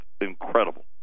incredible